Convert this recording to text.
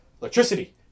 electricity